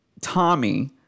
Tommy